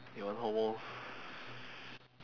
you want homos~